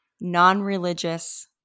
non-religious